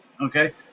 Okay